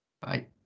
Bye